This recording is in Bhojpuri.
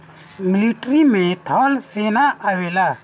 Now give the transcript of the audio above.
मिलिट्री में थल सेना आवेला